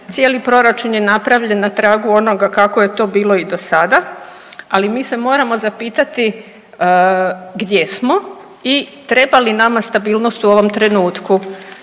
cijeli proračun je napravljen na tragu onoga kako je to bilo i do sada, ali mi se moramo zapitati gdje smo i treba li nama stabilnost u ovom trenutku.